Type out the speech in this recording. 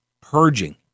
purging